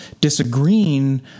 disagreeing